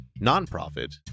nonprofit